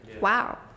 wow